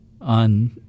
on –